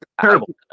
Terrible